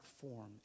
form